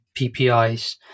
PPIs